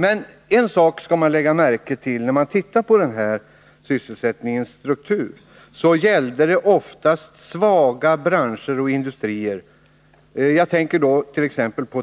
Men en sak skall man lägga märke till när man tittar på den här sysselsättningsstrukturen, och det är att det ofta gällde svaga branscher och industrier. Jag tänker på t.ex.